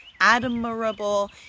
admirable